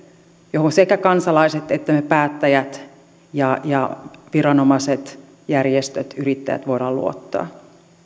johon sekä kansalaiset me päättäjät viranomaiset järjestöt että yrittäjät voimme luottaa mutta